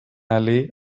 allee